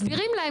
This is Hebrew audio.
מסבירים להם,